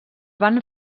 van